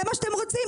זה מה שאתם רוצים?